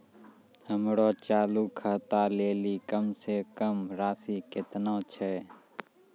हमरो चालू खाता लेली कम से कम राशि केतना छै?